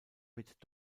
mit